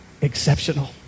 exceptional